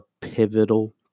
pivotal